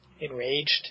enraged